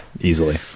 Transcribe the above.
easily